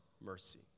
mercy